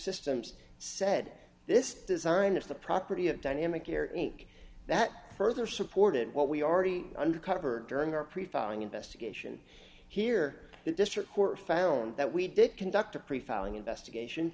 systems said this design of the property of dynamic here and that further supported what we already under cover during our pre filing investigation here the district court found that we did conduct a pre filing investigation